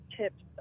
tips